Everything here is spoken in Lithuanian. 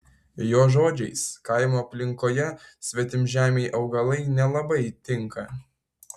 jo žodžiais kaimo aplinkoje svetimžemiai augalai nelabai tinka